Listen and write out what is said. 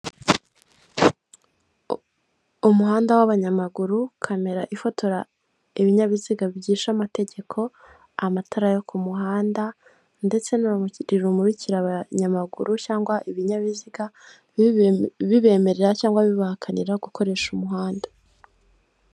Mu muhanda rwagati mu masaha y'ijoro aha hino kuri iki gice kigendedwaho n'abanyamaguru hari ububiko bwagenewe kubikamo cyangwa kujugunywamo imyanda ikoreshwa n'abakoresha umuhanda harimo ibinyabiziga biri kugendera mu muhanda bibisikana by'umwihariko imodoka inini n'intoya ndetse n'abanyamaguru bari gukoresha umuhanda.